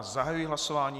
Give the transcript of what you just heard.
Zahajuji hlasování.